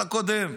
הקודם.